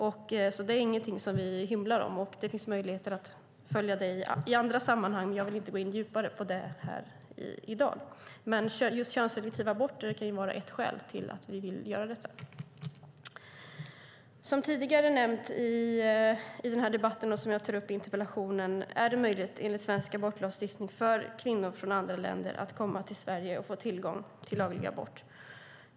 Det är alltså ingenting vi hymlar om, och det finns möjlighet att följa det i andra sammanhang. Jag vill inte gå djupare in på detta i dag, men just könsselektiva aborter kan vara ett skäl till att vi vill göra detta. Som tidigare nämnts i denna debatt och som jag tar upp i interpellationen är det enligt svensk abortlagstiftning möjligt för kvinnor från andra länder att komma till Sverige och få tillgång till laglig abort.